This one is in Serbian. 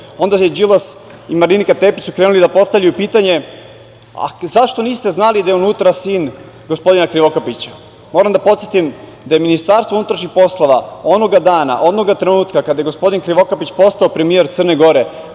onda su Đilas i Marinika Tepić krenuli da postavljaju pitanje – zašto niste znali da je unutra sin gospodina Krivokapića? Moram da podsetim da je MUP onoga dana, onoga trenutka kada je gospodin Krivokapić postao premijer Crne Gore